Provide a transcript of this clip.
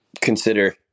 consider